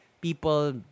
people